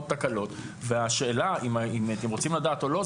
תקלות והשאלה אם אתם רוצים לדעת או לא,